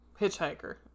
hitchhiker